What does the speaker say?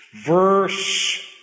verse